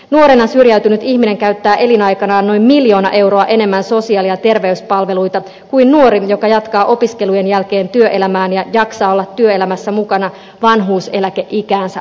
nuorena syrjäytynyt ihminen käyttää elinaikanaan noin miljoona euroa enemmän sosiaali ja terveyspalveluita kuin nuori joka jatkaa opiskelujen jälkeen työelämään ja jaksaa olla työelämässä mukana vanhuuseläkeikäänsä asti